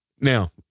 Now